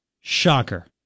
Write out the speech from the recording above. Shocker